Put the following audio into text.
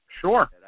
Sure